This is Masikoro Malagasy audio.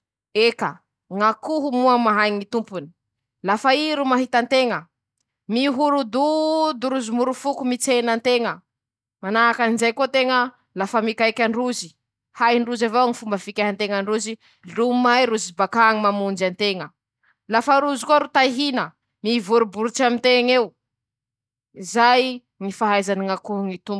<...>Ñy fiarovan-tenany ñy soky na ñy trandraky: -Voalohany, ñy fampiasany ñy fitaova fiarova anañany, -Manahaky anizay ñy fampiasany ñy holiny, -Eo avao koa ñy fahareta anañany noho fahaizany manaka noho ñy raha mialy aminy, -Manahaky anizay ñy fahaiza miala aminy ñy raha misy, -Manahaky anizay ñy fampiasany ñy loko mahazatsy, -Eo avao koa ñy fanañany fahareta na ñy faharetany ñy sakafony ñy biby<...>.